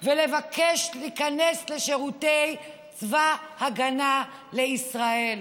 ולבקש להיכנס לשירותי צבא ההגנה לישראל.